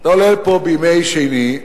אתה עולה לפה בימי שני,